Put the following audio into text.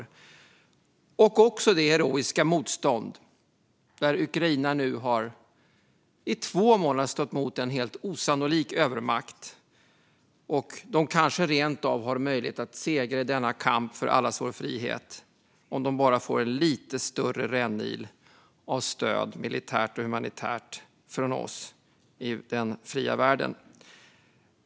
Det gäller också det heroiska motstånd där Ukraina nu i två månader har stått emot en helt osannolik övermakt. De kanske rent av kan segra i denna kamp för allas vår frihet, om de bara får en lite större rännil av stöd militärt och humanitärt från oss i den fria världen.